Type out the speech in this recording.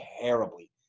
terribly